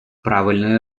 правильно